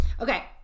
Okay